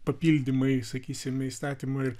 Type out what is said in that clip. papildymai sakysim įstatyme ir